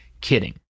kidding